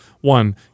one